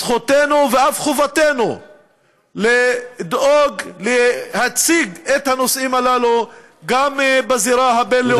זכותנו ואף חובתנו לדאוג להציג את הנושאים הללו גם בזירה הבין-לאומית,